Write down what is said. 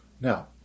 Now